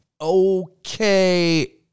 okay